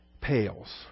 pales